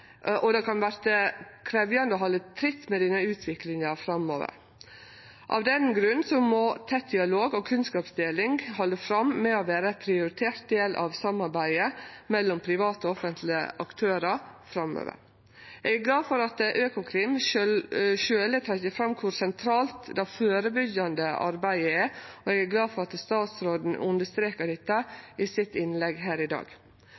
denne utviklinga framover. Av den grunn må tett dialog og kunnskapsdeling halde fram med å vere ein prioritert del av samarbeidet mellom private og offentlege aktørar framover. Eg er glad for at Økokrim sjølv trekkjer fram kor sentralt det førebyggjande arbeidet er, og eg er glad for at statsråden understrekar dette i innlegget sitt her i dag.